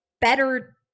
better